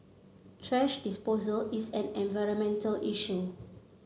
thrash disposal is an environmental issue